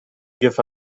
give